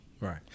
Right